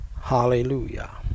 hallelujah